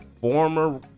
Former